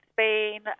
Spain